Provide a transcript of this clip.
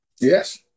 Yes